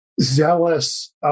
zealous